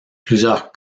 plusieurs